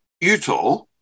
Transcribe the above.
Utah